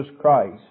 Christ